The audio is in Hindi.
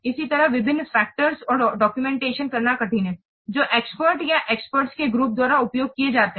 इसी तरह विभिन्न फैक्टर्स का डॉक्यूमेंटेशन करना कठिन है जो एक्सपर्ट्स या एक्सपर्ट्स के ग्रुप द्वारा उपयोग किए जाते हैं